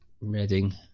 Reading